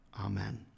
Amen